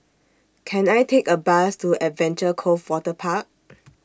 Can I Take A Bus to Adventure Cove Waterpark